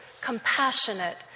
compassionate